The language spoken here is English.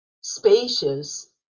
spacious